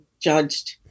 judged